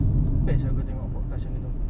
best aku tengok podcast yang itu